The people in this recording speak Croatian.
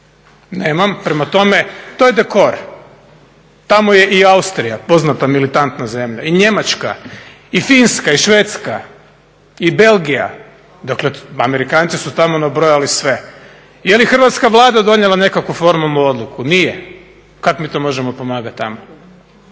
nemam. Prema tome, to je dekor. Tamo je i Austrija, poznata militantna zemlja. I Njemačka, i Finska, i Švedska i Belgija. Dakle, Amerikanci su tamo nabrojali sve. Je li Hrvatska vlada donijela nekakvu formalnu odluku? Nije. Kako mi to možemo pomagati tamo?